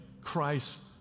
Christ